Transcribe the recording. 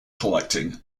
collecting